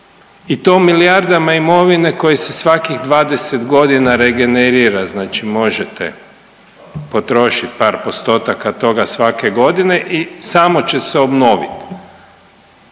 i to milijardama imovine koje se svakih 20 godina regenerira, znači možete potrošit par postotaka svake godine i samo će se obnovit,